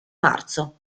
marzo